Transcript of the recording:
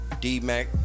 D-Mac